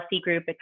group